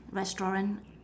restaurant